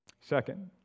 Second